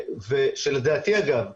שלדעתי אגב,